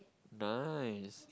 nice